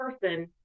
person